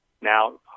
now